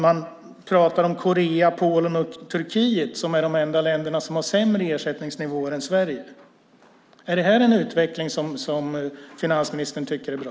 Man pratar om Korea, Polen och Turkiet som de enda länder som har sämre ersättningsnivåer än Sverige. Är detta en utveckling som finansministern tycker är bra?